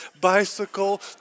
bicycle